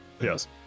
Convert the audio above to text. Yes